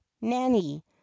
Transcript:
nanny